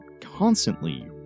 constantly